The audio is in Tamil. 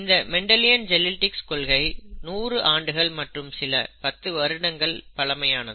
இந்த மெண்டலியன் ஜெனிடிக்ஸ் கொள்கை 100 ஆண்டுகள் மற்றும் சில 10 வருடங்கள் பழமையானது